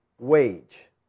wage